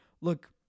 look